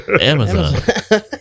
Amazon